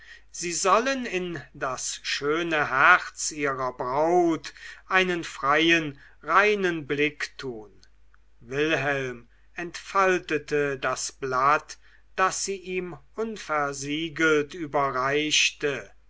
sie sollen in das schöne herz ihrer braut einen freien reinen blick tun wilhelm entfaltete das blatt das sie ihm unversiegelt überreichte